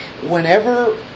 Whenever